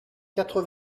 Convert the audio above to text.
quatre